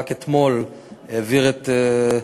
רק אתמול העביר את,